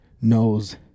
knows